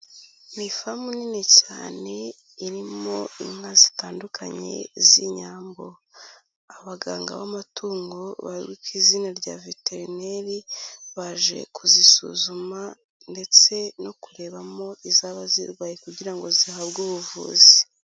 Ni ifamu nini cyane irimo inka zitandukanye z'inyambo, abaganga b'amatungo bazwi ku izina rya veterineri baje kuzisuzuma ndetse no kurebamo izaba zirwaye kugira ngo zihabwe ubuvuzi.